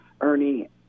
ernie